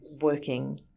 working